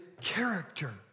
character